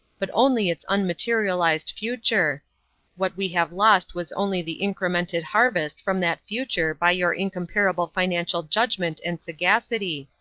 but only its unmaterialized future what we have lost was only the incremented harvest from that future by your incomparable financial judgment and sagacity.